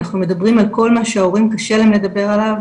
אנחנו מדברים על כל מה שההורים קשה להם לדבר עליו,